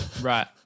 Right